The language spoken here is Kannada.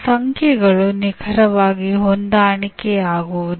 ಯಾರೂ ನಮ್ಮ ಕೈ ಹಿಡಿಯುವ ಅಗತ್ಯವಿಲ್ಲ